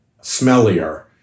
smellier